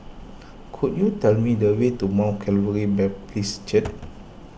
could you tell me the way to Mount Calvary Baptist Church